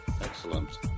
Excellent